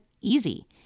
easy